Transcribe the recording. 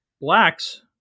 blacks